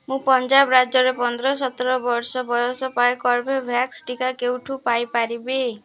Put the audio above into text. ମୁଁ ପଞ୍ଜାବ ରାଜ୍ୟରେ ପନ୍ଦର ସତର ବର୍ଷ ବୟସ ପାଇଁ କର୍ବେଭ୍ୟାକ୍ସ ଟିକା କେଉଁଠୁ ପାଇପାରିବି